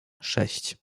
sześć